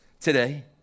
today